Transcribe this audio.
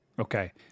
Okay